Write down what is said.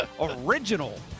original